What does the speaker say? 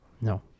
no